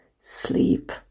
sleep